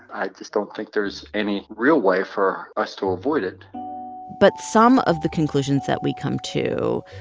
i just don't think there's any real way for us to avoid it but some of the conclusions that we come to,